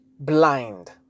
Blind